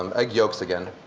um egg yolks again.